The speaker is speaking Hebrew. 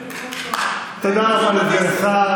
תודה רבה לסגן השר.